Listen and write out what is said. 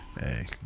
hey